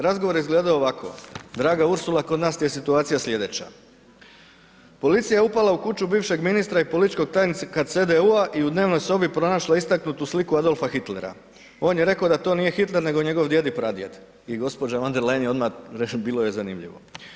Razgovor je izgledao ovako, draga Ursula kod nas ti je situacija slijedeća, policija je upala u kuću bivšeg ministra i političkog tajnika CDU-a u dnevnoj sobi pronašla istaknutu sliku Adolfa Hitlera, on je rekao da to nije Hitler nego njegov djed i pradjed i gđa. von der Leyen je odmah, bilo joj je zanimljivo.